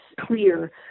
clear